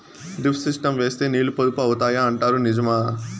Drip system వేస్తే నీళ్లు పొదుపు అవుతాయి అంటారు నిజమా?